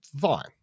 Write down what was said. fine